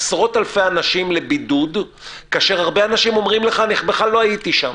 עשרות-אלפי אנשים לבידוד כאשר הרבה אנשים אומרים לך: בכלל לא הייתי שם.